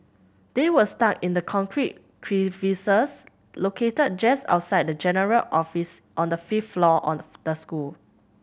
they were stuck in the concrete crevices located just outside the general office on the fifth floor of the school